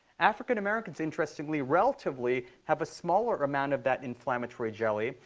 african americans, interestingly, relatively, have a smaller amount of that inflammatory jelly,